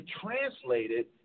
translated